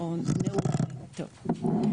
טוב.